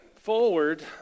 forward